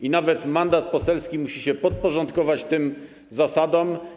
I nawet mandat poselski musi się podporządkować tym zasadom.